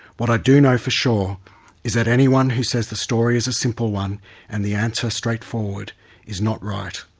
what i do know for sure is that anyone who says the story is a simple one and the answer straightforward is not right.